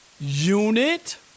Unit